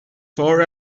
far